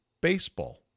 baseball